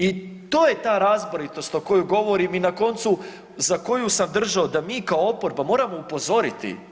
I to je ta razboritost o kojoj govorim i na koncu za koju sam držao da mi kao oporba moramo upozoriti.